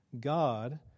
God